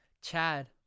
Chad